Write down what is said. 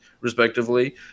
respectively